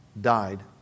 died